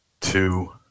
two